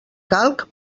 calc